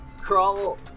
crawl